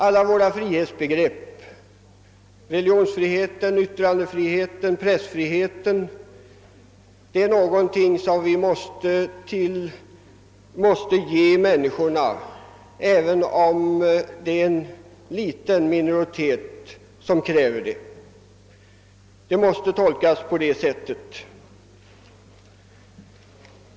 Alla våra frihetsbegrepp — t.ex. religionsfriheten, yttrandefriheten, pressfriheten — är någonting som vi vill ge människorna, även om det bara är en liten minoritet som kräver det. Frihetsbegreppet måste tolkas på det sättet.